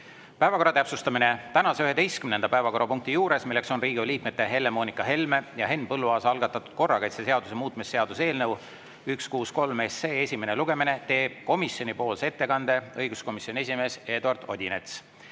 Päevakorra täpsustamine. Tänase 11. päevakorrapunkti juures, mis on Riigikogu liikmete Helle-Moonika Helme ja Henn Põlluaasa algatatud korrakaitseseaduse muutmise seaduse eelnõu 163 esimene lugemine, teeb komisjoni nimel ettekande õiguskomisjoni esimees Eduard Odinets.